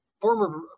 former